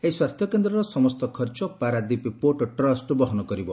ଏହି ସ୍ୱାସ୍ଥ୍ୟକେନ୍ଦ୍ରର ସମସ୍ତ ଖର୍ଚ ପାରାଦ୍ୱୀପ ପୋର୍ଚଟ୍ରଷ୍ଟ ବହନ କରିବ